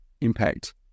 impact